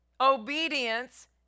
Obedience